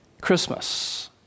Christmas